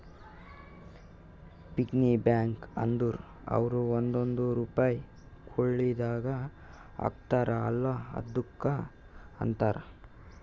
piggy bank ಅಂದುರ್ ಅವ್ರು ಒಂದೊಂದ್ ರುಪೈ ಕುಳ್ಳಿದಾಗ ಹಾಕ್ತಾರ ಅಲ್ಲಾ ಅದುಕ್ಕ ಅಂತಾರ